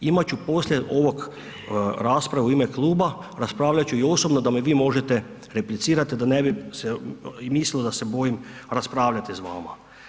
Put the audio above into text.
Imat ću poslije ovog raspravu u ime kluba, raspravljat ću i osobno da me vi možete replicirat da ne bi se i mislilo da se bojim raspravljati s vama.